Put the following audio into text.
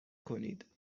کنید